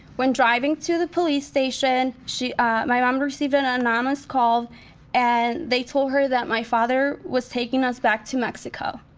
when driving to the police station, ah my mom received an anonymous call and they told her that my father was taking us back to mexico.